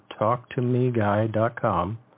talktomeguy.com